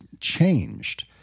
changed